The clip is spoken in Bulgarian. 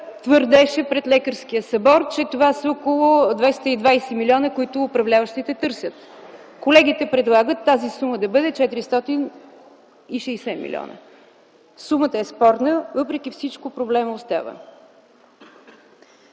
твърдеше пред Лекарския събор, че това са около 220млн., които управляващите търсят. Колегите предлагат тази сума да бъде 460 млн. Сумата е спорна, въпреки всичко проблема остава.